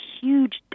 huge